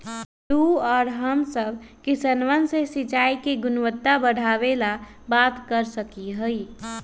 तू और हम सब किसनवन से सिंचाई के गुणवत्ता बढ़ावे ला बात कर सका ही